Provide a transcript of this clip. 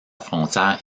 frontière